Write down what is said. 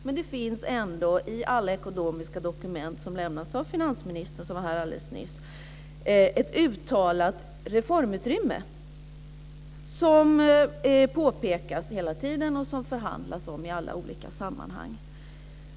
Men det finns ändå i alla ekonomiska dokument som lämnas av finansministern, som var här alldeles nyss, ett uttalat reformutrymme, vilket påpekas hela tiden och som det förhandlas om i olika sammanhang.